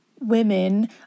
women